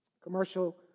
commercial